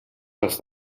salts